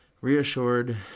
reassured